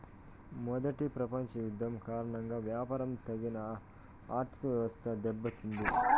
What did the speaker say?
మొదటి ప్రపంచ యుద్ధం కారణంగా వ్యాపారం తగిన ఆర్థికవ్యవస్థ దెబ్బతింది